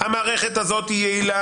המערכת הזו כל יעילה,